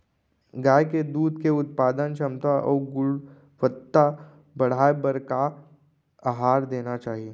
गाय के दूध के उत्पादन क्षमता अऊ गुणवत्ता बढ़ाये बर का आहार देना चाही?